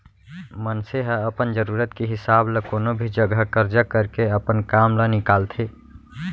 मनसे ह अपन जरूरत के हिसाब ल कोनो भी जघा करजा करके अपन काम ल निकालथे